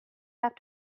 have